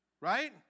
right